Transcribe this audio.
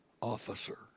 officer